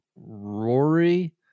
Rory